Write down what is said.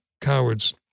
cowards